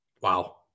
Wow